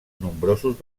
nombrosos